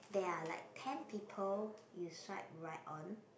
there are like ten people you swipe right on